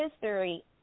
History